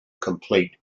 compete